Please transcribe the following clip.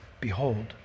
Behold